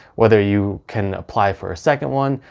whether you can apply for a second one,